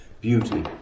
beauty